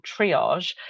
triage